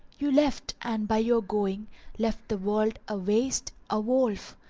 you left and by your going left the world a waste, a wolf,